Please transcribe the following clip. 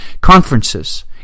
conferences